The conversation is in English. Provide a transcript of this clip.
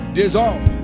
dissolve